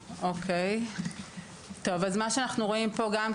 צריך לקום ולעשות מעשה, אחרת, אנחנו נשאר באותו